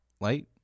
light